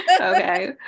okay